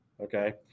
okay